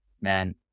man